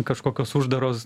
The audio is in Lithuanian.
kažkokios uždaros